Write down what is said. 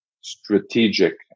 strategic